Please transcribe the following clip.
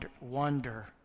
wonder